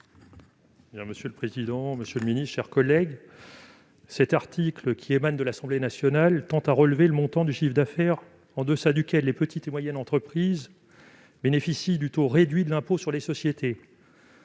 Monsieur le président, monsieur le ministre, mes chers collègues, cet article, introduit à l'Assemblée nationale, tend à relever le montant du chiffre d'affaires en deçà duquel les petites et moyennes entreprises bénéficient du taux réduit de l'impôt sur les sociétés.